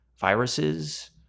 viruses